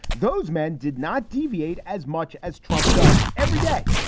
those men did not deviate as much as trump does every day.